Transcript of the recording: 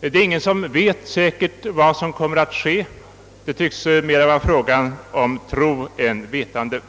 Det är ingen som med säkerhet vet vad som kommer att ske. Det tycks mera vara fråga om tro än om vetande.